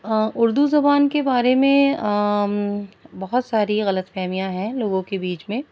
اردو زبان کے بارے میں بہت ساری غلط فہمیاں ہیں لوگوں کے بیچ میں